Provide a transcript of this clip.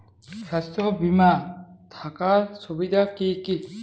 স্বাস্থ্য বিমা থাকার সুবিধা কী কী?